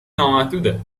نامحدوده